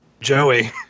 Joey